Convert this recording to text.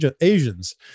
Asians